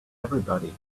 everybody